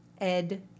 Ed